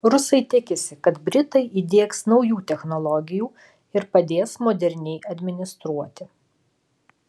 rusai tikisi kad britai įdiegs naujų technologijų ir padės moderniai administruoti